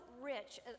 rich